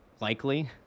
likely